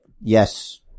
Yes